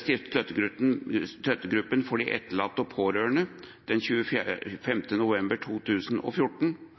støttegruppen for de etterlatte og pårørende, den 25. november 2014,